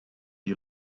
you